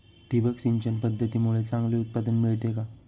ठिबक सिंचन पद्धतीमुळे चांगले उत्पादन मिळते का?